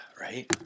right